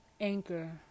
Anchor